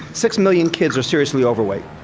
six million kids are seriously overweight.